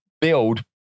build